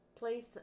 place